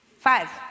Five